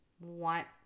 want